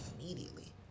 immediately